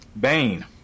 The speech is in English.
Bane